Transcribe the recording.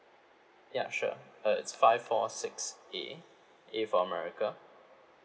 ya sure uh it's five four six A A for america